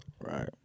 Right